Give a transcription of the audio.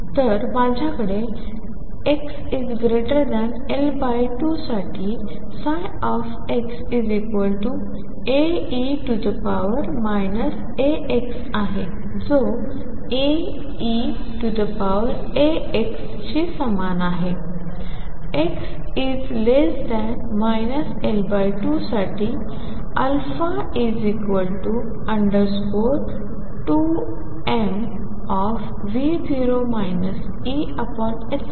तर माझ्याकडे xL2 साठी xAe αx आहेजो Aeαx शी समान आहे x L2 साठी α2m2 आहे आणि समान आहे